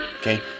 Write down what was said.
Okay